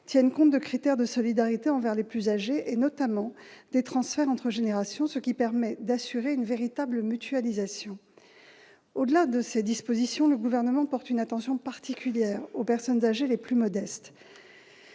tiennent compte de critères de solidarité envers les plus âgés, et notamment des transferts entre générations, ce qui permet d'assurer une véritable mutualisation au-delà de ces dispositions le gouvernement porte une attention particulière aux personnes âgées, les plus modestes,